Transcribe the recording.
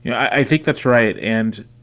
yeah i think that's right. and